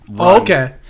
Okay